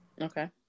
okay